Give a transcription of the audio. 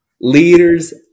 leaders